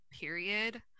Period